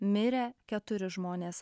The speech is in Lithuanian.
mirė keturi žmonės